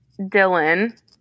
Dylan